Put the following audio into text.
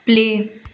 play